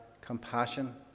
compassion